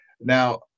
Now